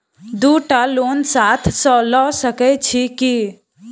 दु टा लोन साथ लऽ सकैत छी की?